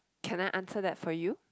can I answer that for you